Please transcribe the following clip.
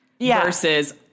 versus